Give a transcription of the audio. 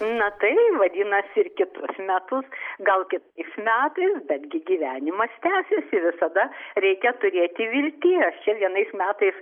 na tai vadinasi ir kitus metus gal kitais metais bet gi gyvenimas tęsiasi visada reikia turėti vilties čia vienais metais